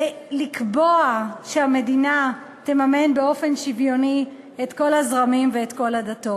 ולקבוע שהמדינה תממן באופן שוויוני את כל הזרמים ואת כל הדתות.